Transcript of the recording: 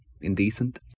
indecent